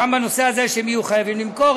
גם בנושא הזה שהם יהיו חייבים למכור,